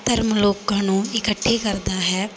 ਧਰਮ ਲੋਕਾਂ ਨੂੰ ਇਕੱਠੇ ਕਰਦਾ ਹੈ